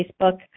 Facebook